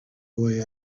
boy